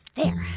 there.